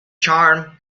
charm